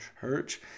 church